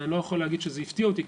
ואני לא יכול להגיד שזה הפתיע אותי,